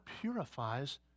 purifies